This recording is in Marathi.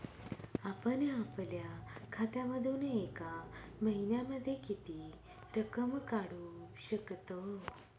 आपण आपल्या खात्यामधून एका महिन्यामधे किती रक्कम काढू शकतो?